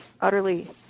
utterly